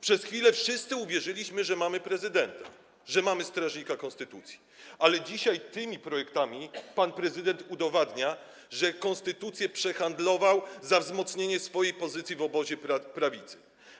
Przez chwilę wszyscy uwierzyliśmy, że mamy prezydenta, że mamy strażnika konstytucji, ale dzisiaj tymi projektami pan prezydent udowadnia, że konstytucję przehandlował za wzmocnienie swojej pozycji w obozie prawicy.